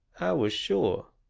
was sure.